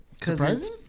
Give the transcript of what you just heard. Surprising